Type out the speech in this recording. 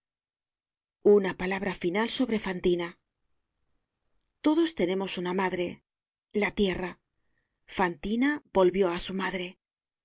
una palabra final sobre fantina todos tenemos uná madre la tierra fantina volvió á su madre